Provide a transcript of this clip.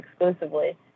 exclusively